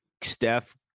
Steph